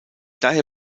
daher